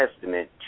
testament